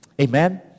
Amen